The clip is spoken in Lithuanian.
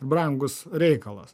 brangus reikalas